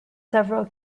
several